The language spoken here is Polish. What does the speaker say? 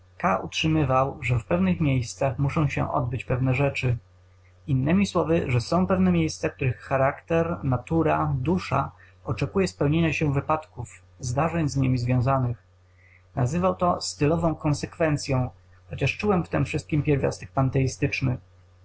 k utrzymywał że w pewnych miejscach muszą się odbyć pewne rzeczy innemi słowy że są pewne miejsca których charakter natura dusza oczekuje spełnienia się wypadków zdarzeń z niemi związanych nazywał to stylową konsekwencyą chociaż czułem w tem wszystkiem pierwiastek